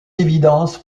évidence